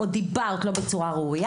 או דיברת לא בצורה ראויה